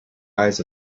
eyes